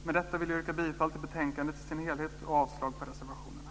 Med detta yrkar jag bifall till betänkandet i dess helhet och avslag på reservationerna.